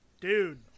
dude